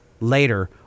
later